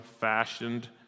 fashioned